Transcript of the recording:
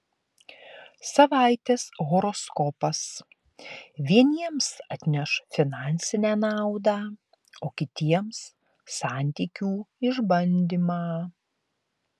savaitės horoskopas vieniems atneš finansinę naudą o kitiems santykių išbandymą